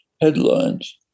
headlines